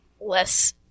less